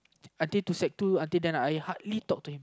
until to two until then I hardly talk to him